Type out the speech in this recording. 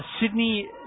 Sydney